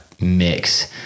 mix